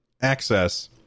access